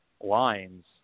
lines